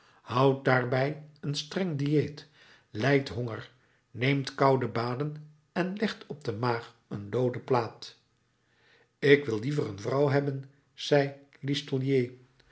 houdt daarbij een streng dieet lijdt honger neemt koude baden en legt op de maag een looden plaat ik wil liever een vrouw hebben zei listolier